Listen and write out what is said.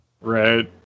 Right